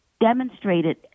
demonstrated